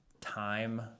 time